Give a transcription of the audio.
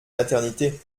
maternité